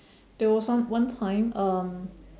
there was one one time um